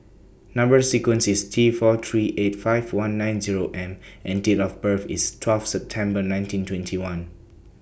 Number sequence IS T four three eight five one nine Zero M and Date of birth IS twelve September nineteen twenty one